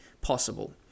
possible